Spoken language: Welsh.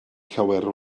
llawer